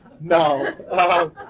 No